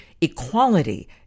equality